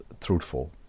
truthful